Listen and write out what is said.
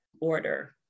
order